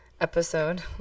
episode